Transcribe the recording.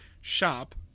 shop